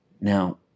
Now